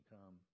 Come